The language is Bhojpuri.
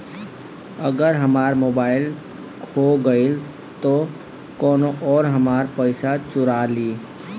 अगर हमार मोबइल खो गईल तो कौनो और हमार पइसा चुरा लेइ?